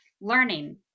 learning